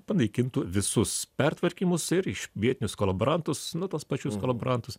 panaikintų visus pertvarkymus ir iš vietinius kolaborantus nu tuos pačius kolaborantus